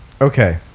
Okay